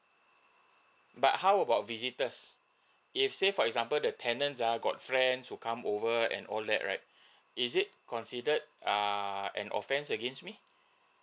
but how about visitors if say for example the tenants uh got friends who come over and all that right is it considered err an offence against me